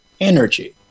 energy